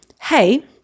Hey